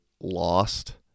lost